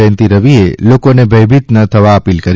જયંતિ રવિએ લોકોને ભયભીત ન થવા અપીલ કરી